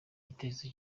igitekerezo